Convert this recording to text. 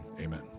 amen